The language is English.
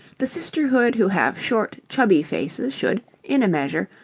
the sisterhood who have short, chubby faces should, in a measure,